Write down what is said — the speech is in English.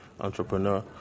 entrepreneur